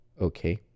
Okay